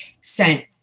sent